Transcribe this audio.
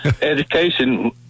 Education